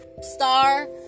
star